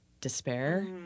despair